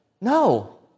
No